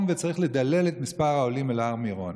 ושצריך לדלל את מספר העולים אל הר מירון.